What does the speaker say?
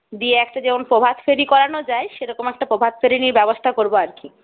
দিয়ে একটা যেমন প্রভাত ফেরি করানো যায় সেরকম একটা প্রভাত ফেরিরই ব্যবস্থা করবো আর কি